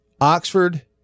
Oxford